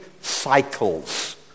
cycles